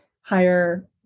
higher